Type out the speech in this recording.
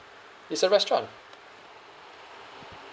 is a restaurant